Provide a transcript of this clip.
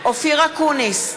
אופיר אקוניס,